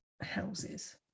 houses